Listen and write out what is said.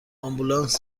آمبولانس